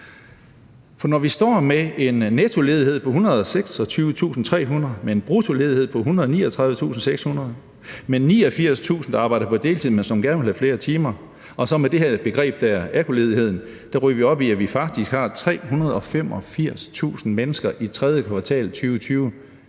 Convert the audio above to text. når vi står med en nettoledighed på 126.300, med en bruttoledighed på 139.600, med 89.000, der arbejder på deltid, men som gerne vil have flere timer, og med det her begreb AKU-ledigheden ryger vi op i, at vi faktisk har 385.000 mennesker i tredje